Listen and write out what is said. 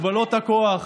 מגבלות הכוח,